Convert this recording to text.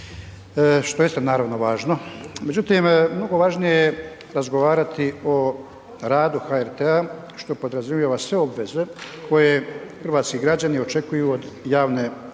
isto naravno važno, međutim mnogo važnije je razgovarati o radu HRT-a što podrazumijeva sve obveze koje hrvatski građani očekuju od javne televizije,